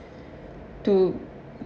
to